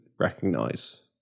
recognize